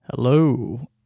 Hello